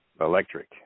electric